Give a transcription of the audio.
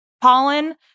pollen